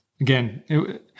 again